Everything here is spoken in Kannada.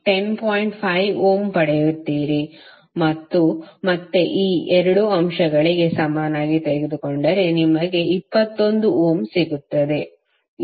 5 ಓಮ್ ಪಡೆಯುತ್ತೀರಿ ಮತ್ತು ಮತ್ತೆ ಈ 2 ಅಂಶಗಳಿಗೆ ಸಮನಾಗಿ ತೆಗೆದುಕೊಂಡರೆ ನಿಮಗೆ 21 ಓಮ್ ಸಿಗುತ್ತದೆ